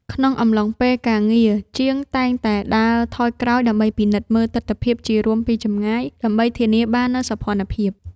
ក្នុងអំឡុងពេលការងារ ជាងតែងតែដើរថយក្រោយដើម្បីពិនិត្យមើលទិដ្ឋភាពជារួមពីចម្ងាយ ដើម្បីធានាបាននូវសោភ័ណភាព។